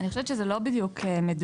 אני חושבת שזה לא בדיוק מדויק.